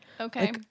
Okay